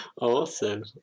Awesome